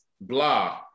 blah